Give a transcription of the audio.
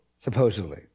supposedly